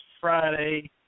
Friday